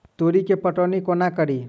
तोरी केँ पटौनी कोना कड़ी?